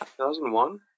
2001